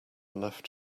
left